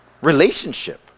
Relationship